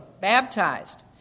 baptized